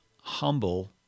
humble